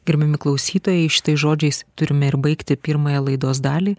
gerbiami klausytojai šitais žodžiais turime ir baigti pirmąją laidos dalį